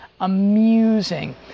amusing